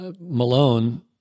Malone